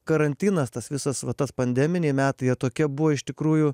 karantinas tas visas va tas pandeminiai metai jie tokie buvo iš tikrųjų